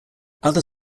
other